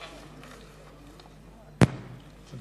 בבקשה.